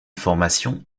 formation